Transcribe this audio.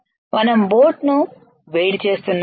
మనం బోట్ ను వేడి చేస్తున్నాము